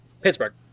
Pittsburgh